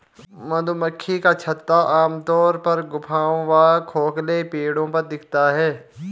मधुमक्खी का छत्ता आमतौर पर गुफाओं व खोखले पेड़ों पर दिखता है